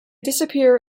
disappear